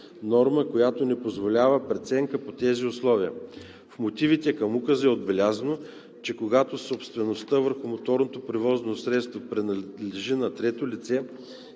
която не позволява преценка по тези условия. В мотивите към указа е отбелязано и че когато собствеността върху моторното превозно средство принадлежи на трето лице,